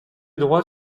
droit